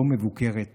לא מבוקרת,